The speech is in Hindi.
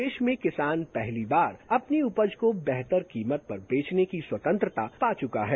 देश में किसान पहली बार अपनी उपज को बेहतर कीमत पर बेचने की स्वतंत्रता पा चुका है